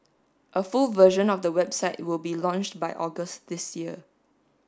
a full version of the website will be launched by August this year